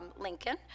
Lincoln